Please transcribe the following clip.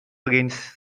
against